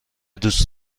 دوست